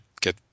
get